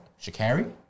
Shakari